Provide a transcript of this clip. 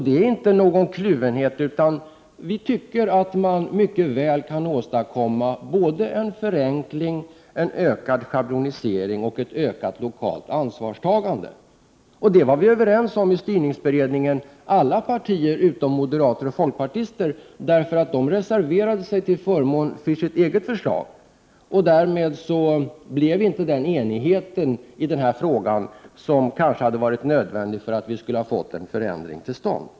Det är inte fråga om någon kluvenhet, utan vi anser att man mycket väl kan åstadkomma såväl en förenkling som en ökad schablonisering och ett ökat lokalt ansvarstagande. Och det var alla partier utom moderata samlingspartiet och folkpartiet överens om i styrningsberedningen. Moderaterna och folkpartisterna reserverade sig till förmån för sitt eget förslag, och därmed blev det inte den enhet i denna fråga som kanske hade varit nödvändig för att vi skulle få en förändring till stånd.